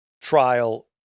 trial